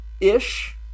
ish